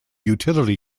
utility